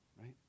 right